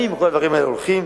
שנים כל הדברים האלה לוקחים.